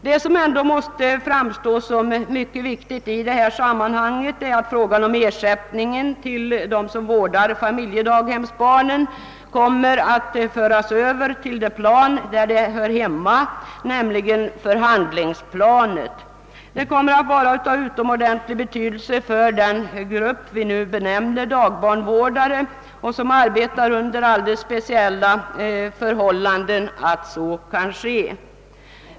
Vad som ändå måste framstå som mycket viktigt i detta sammanhang är att frågan om ersättningen till dem som vårdar familjedaghemsbarnen kommer att överföras dit där den hör hemma, nämligen till förhandlingsplanet. Det kommer att vara av utomordentlig betydelse för den grupp vi nu benämmer dagbarnvårdare, vilken arbetar under alldeles speciella förhållanden, att så kan ske.